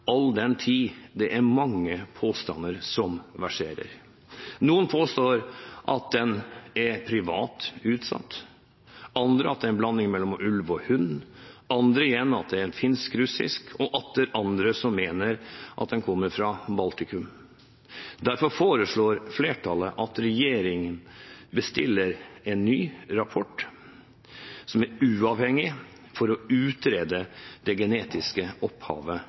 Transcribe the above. all den tid det er mange påstander som verserer. Noen påstår at den er privat utsatt, andre at det er en blanding mellom ulv og hund, andre igjen at den er finsk-russisk, og atter andre mener den kommer fra Baltikum. Derfor foreslår flertallet at regjeringen bestiller en ny rapport, som er uavhengig, for å utrede det genetiske opphavet